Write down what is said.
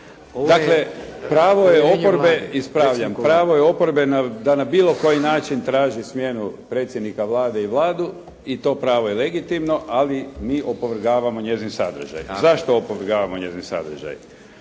pravo je oporbe da na bilo koji način traži smjenu predsjednika Vlade i Vladu i to pravo je legitimno, ali mi opovrgavamo njezin sadržaj. Zašto opovrgavamo njezin sadržaj?